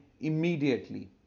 immediately